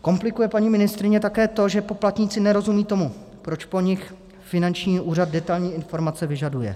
Komplikuje, paní ministryně, také to, že poplatníci nerozumějí tomu, proč po nich finanční úřad detailní informace vyžaduje.